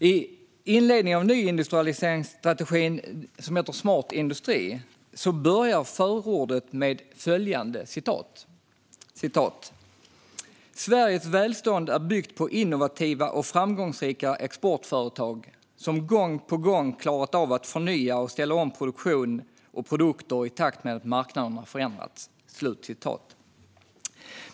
I inledningen av Smart industri - en nyindustrialiseringsstrategi för Sverige finns ett förord som lyder: "Sveriges välstånd är byggt på innovativa och framgångsrika exportföretag som gång på gång klarat av att förnya och ställa om produktion och produkter i takt med att marknaderna förändrats."